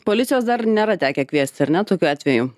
policijos dar nėra tekę kviesti ar ne tokiu atveju